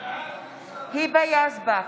היבה יזבק,